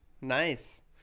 Nice